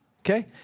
Okay